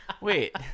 Wait